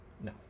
No